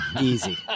Easy